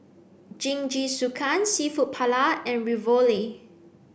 Jingisukan Seafood Paella and Ravioli